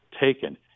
taken